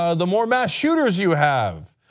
ah the more mass shooters you have.